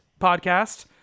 podcast